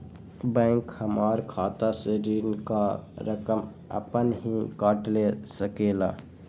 Bank हमार खाता से ऋण का रकम अपन हीं काट ले सकेला?